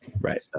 Right